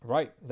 Right